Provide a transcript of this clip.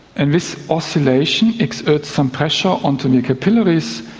and this oscillation exerts some pressure onto the capillaries.